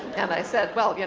and i said, well, yeah